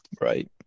Right